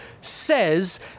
says